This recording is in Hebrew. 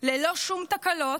ללא שום תקלות,